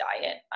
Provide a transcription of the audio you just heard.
diet